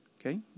Okay